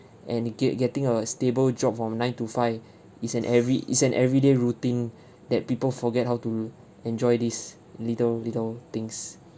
and get getting a stable job from nine to five is an every is an everyday routine that people forget how to enjoy these little little things